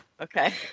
Okay